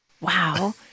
Wow